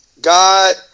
God